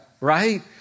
Right